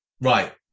Right